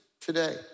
today